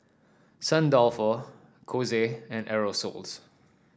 Saint Dalfour Kose and Aerosoles